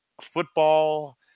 football